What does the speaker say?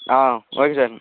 okay sir